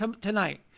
tonight